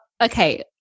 okay